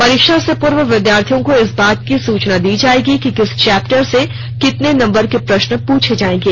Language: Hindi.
परीक्षा से पूर्व विधार्थियों को इस बात की सुचना दी जाएगी कि किस चैप्टर से कितने नंबर के प्रश्न पूछे जाएंगे